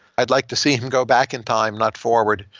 i'd like to see him go back in time, not forward.